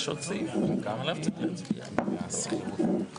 סעיפים 56, 58. 59, 60 ו-60א.